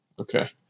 Okay